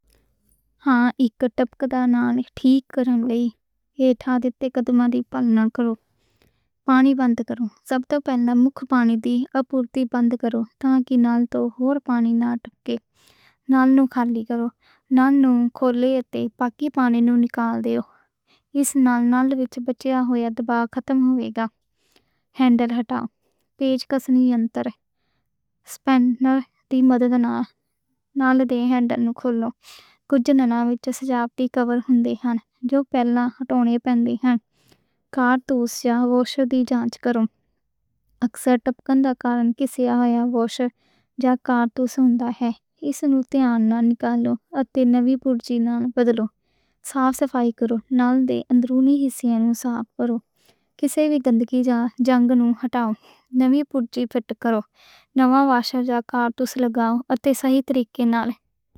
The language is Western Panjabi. اوکے تے، ٹپکدی نلکے نوں ٹھیک کرن لئی کٹھی سامان دی تیاری کرو۔ پانی بند کرو، سب توں پہلاں مین پانی دی سپلائی بند کرو۔ تان کہ ہور نال پانی ہور نہ ٹپکے۔ نل نوں خالی کرو، نل نوں کھولو اتے باقی پانی نوں نکلن دیو۔ اس نال نال اندر بچیا ہوا دباؤ ختم ہو جائے گا۔ ہینڈل ہٹاؤ، پیچ کس یا رنچ دی مدد نال۔ ہینڈل نوں کھول کے نل وچ جیہڑے چھوٹے کور ہندے نیں، او پلنجر نوں تھام دے ہندے نیں۔ کارٹریج یا واشر دی جانچ کرو، اکثر ٹپکن دا کارن ایہناں وچوں کسے دا ہوتا ہے۔ واشر یا کارٹریج نوں دھیان نال نکالو۔ اتے نواں پرزا پا کے بدل دو، صفائی کر کے اندرونی حصے صاف کرو، کسے وی گندگی یا زنگ نوں ہٹاؤ۔ نواں پرزا فٹ کرو، نواں واشر یا کارٹریج لاؤ۔ اتے صحیح طریقے نال۔